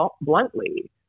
bluntly